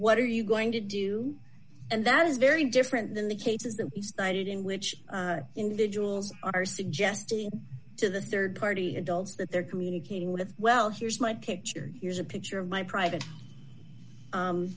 what are you going to do and that is very different than the cases them he cited in which individuals are suggesting to the rd party adults that they're communicating with well here's my picture here's a picture of my private